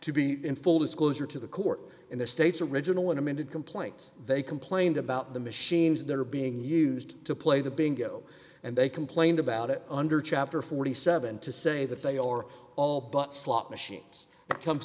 to be in full disclosure to the court in the states original unamended complaints they complained about the machines that are being used to play the bingo and they complained about it under chapter forty seven dollars to say that they are all but slot machine